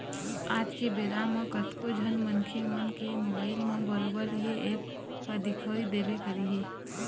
आज के बेरा म कतको झन मनखे मन के मोबाइल म बरोबर ये ऐप ह दिखउ देबे करही